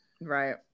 Right